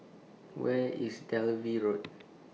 Where IS Dalvey Road